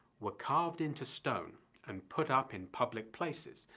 were carved into stone and put up in public places,